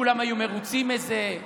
כולם היו מרוצים מזה.